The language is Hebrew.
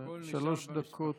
שלוש דקות.